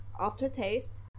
aftertaste